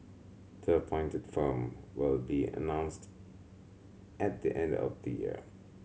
the appointed firm will be announced at the end of the year